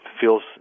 feels